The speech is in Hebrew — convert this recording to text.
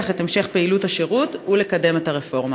את המשך פעילות השירות ולקדם את הרפורמה?